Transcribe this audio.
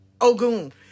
Ogun